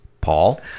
Paul